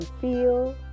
feel